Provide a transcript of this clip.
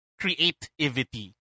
creativity